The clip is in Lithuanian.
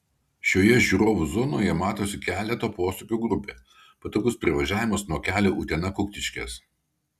šioje žiūrovų zonoje matosi keleto posūkių grupė patogus privažiavimas nuo kelio utena kuktiškės